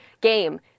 game